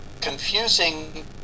confusing